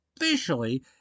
officially